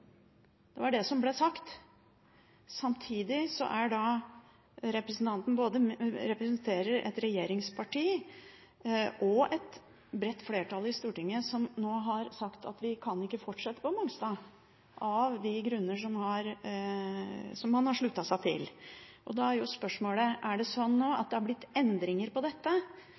det var det som ble sagt. Samtidig representerer representanten et regjeringsparti og et bredt flertall i Stortinget som nå har sagt at vi ikke kan fortsette på Mongstad av de grunner som man har sluttet seg til. Da er spørsmålet: Er det sånn at det nå har blitt endringer på dette?